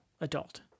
adult